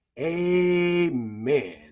Amen